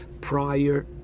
prior